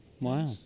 Wow